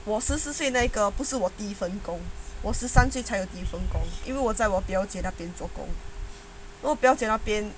我十四岁那个不是我第一份工我十三岁才有第一份工因为我在我表姐那边做工